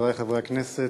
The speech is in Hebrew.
חברי חברי הכנסת,